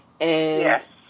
Yes